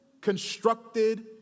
constructed